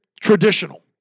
traditional